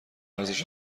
ارزش